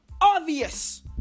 obvious